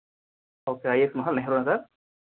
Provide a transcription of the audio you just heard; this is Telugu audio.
okay IAS Mahal Nehru Nagar